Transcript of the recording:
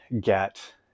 get